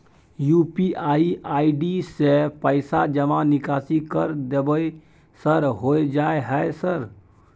UPI ID से पैसा जमा निकासी कर देबै सर होय जाय है सर?